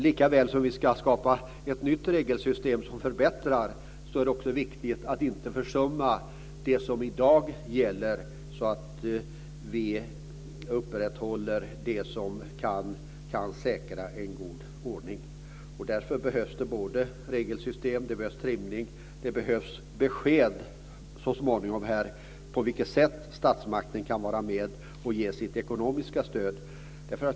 Likaväl som vi bör skapa ett nytt och bättre regelsystem är det viktigt att inte försumma det som i dag gäller, så att vi kan upprätthålla en god ordning. Det behövs både ett bättre regelsystem och en intrimning, och så småningom behövs också besked om på vilket sätt statsmakten kan bidra med ekonomiskt stöd.